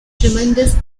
tremendous